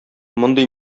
мондый